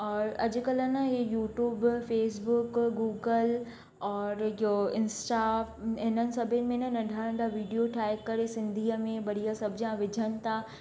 और अॼकल्ह न इहे यूट्यूब फेसबुक गूगल और इहो इंस्टा इन्हनि सभिनि में नंढा नंढा वीडियो ठाहे करे सिंधीअ में बढ़िया सब्जियां विझनि था